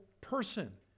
person